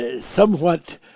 somewhat